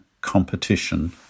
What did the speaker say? competition